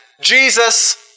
Jesus